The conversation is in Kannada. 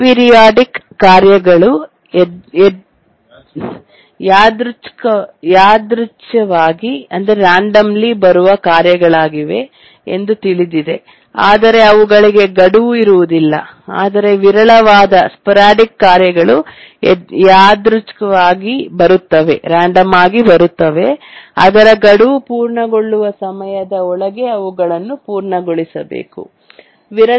ಏಪಿರಿಯಾಡಿಕ್ ಕಾರ್ಯಗಳು ಯಾದೃಚ್ಕವಾಗಿ ರಾಂಡಮ್ಲಿಬರುವ ಕಾರ್ಯಗಳಾಗಿವೆ ಎಂದು ತಿಳಿದಿದೆ ಆದರೆ ಅವುಗಳಿಗೆ ಗಡುವು ಇರುವುದಿಲ್ಲ ಆದರೆ ವಿರಳವಾದ ಸ್ಫೋರಾಡಿಕ್ ಕಾರ್ಯಗಳು ಯಾದೃಚ್ಕವಾಗಿ ಬರುತ್ತವೆ ಅದರ ಗಡುವು ಪೂರ್ಣಗೊಳ್ಳುವ ಸಮಯದ ಒಳಗೆ ಅವುಗಳನ್ನು ಪೂರ್ಣಗೊಳಿಸಬೇಕು